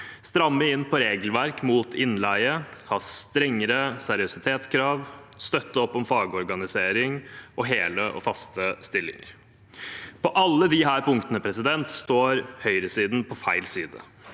stramme inn på regelverk mot innleie, ha strengere seriøsitetskrav og støtte opp om fagorganisering og hele og faste stillinger. På alle disse punktene står høyresiden på feil side.